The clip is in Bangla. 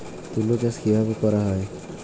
তুলো চাষ কিভাবে করা হয়?